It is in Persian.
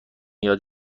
یاد